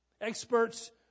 Experts